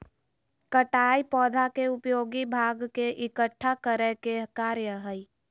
कटाई पौधा के उपयोगी भाग के इकट्ठा करय के कार्य हइ